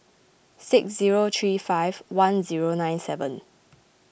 six zero three five one zero nine seven